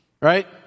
right